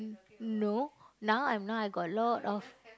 no now I'm not I got a lot of